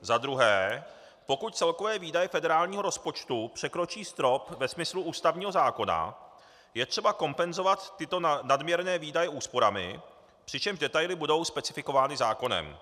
Za druhé, pokud celkové výdaje federálního rozpočtu překročí strop ve smyslu ústavního zákona, je třeba kompenzovat tyto nadměrné výdaje úsporami, přičemž detaily budou specifikovány zákonem.